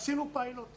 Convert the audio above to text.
עשינו פיילוט באשדוד,